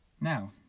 Now